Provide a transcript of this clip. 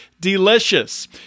delicious